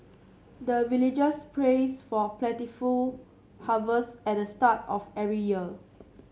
the villagers prays for plentiful harvest at the start of every year